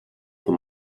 for